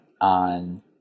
on